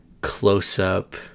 close-up